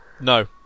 no